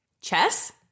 Chess